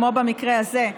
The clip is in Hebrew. כמו במקרה הזה,